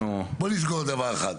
בוא נסגור דבר אחד.